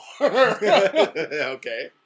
Okay